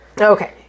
okay